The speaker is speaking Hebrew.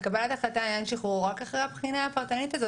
וקבלת החלטה לעניין שחרור רק אחרי הבחינה הפרטנית הזאת,